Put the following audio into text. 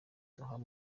duhawe